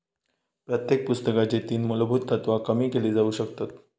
प्रत्येक पुस्तकाची तीन मुलभुत तत्त्वा कमी केली जाउ शकतत